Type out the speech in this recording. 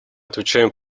отвечаем